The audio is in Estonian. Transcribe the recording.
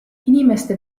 inimeste